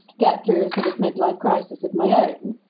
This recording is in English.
get through a sort of midlife crisis of my own.